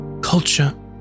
culture